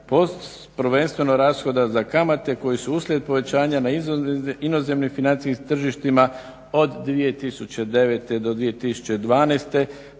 prvenstveno rashoda za kamate koji su uslijed povećanja na inozemnim financijskim tržištima od 2009. do 2012.